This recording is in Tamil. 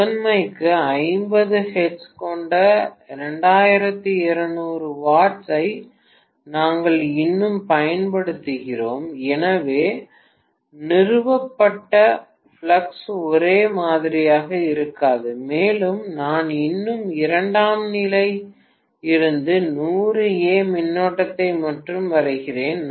முதன்மைக்கு 50 ஹெர்ட்ஸ் கொண்ட 2200 W ஐ நாங்கள் இன்னும் பயன்படுத்துகிறோம் எனவே நிறுவப்பட்ட ஃப்ளக்ஸ் ஒரே மாதிரியாக இருக்கிறது மேலும் நான் இன்னும் இரண்டாம் நிலை இருந்து 100 A மின்னோட்டத்தை மட்டுமே வரைகிறேன்